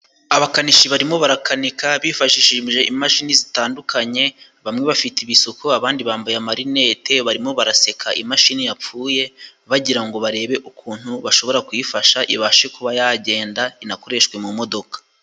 Abakanishi barimo barakanika bifashishije imashini zitandukanye, bamwe bafite ibisuko abandi bambaye amarinete barimo baraseka, imashini yapfuye bagira ngo barebe ukuntu bashobora kuyifasha ibashe kuba yagenda inakoreshwe mu modoka.